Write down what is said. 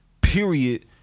period